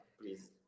Please